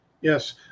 Yes